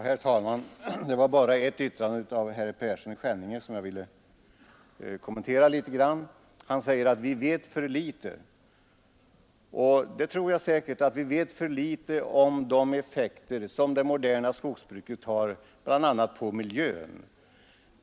Herr talman! Ett yttrande av herr Persson i Skänninge vill jag kommentera litet grand. Han säger att vi vet för litet. Ja, jag tror säkert att vi vet för litet t.ex. om de effekter det moderna skogsbruket har bl.a. på miljön.